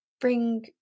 bring